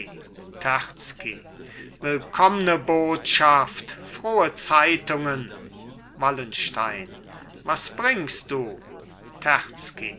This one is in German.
terzky willkommne botschaft frohe zeitungen wallenstein was bringst du